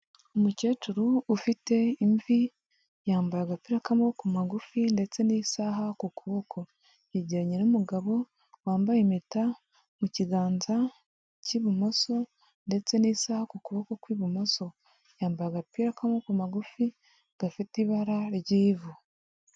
Umukecuru ufite imvi, yambaye agapira k'amaboko magufi, ndetse n'isaha ku kuboko, yegeranye n'umugabo wambaye impeta mu kiganza cy'ibumoso, ndetse n'isaha ku kuboko kw'ibumoso, yambaye agapira k'aboko magufi gafite ibara ry'ivu.